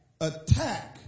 attack